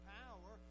power